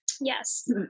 Yes